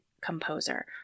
composer